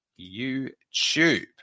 YouTube